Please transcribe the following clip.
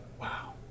Wow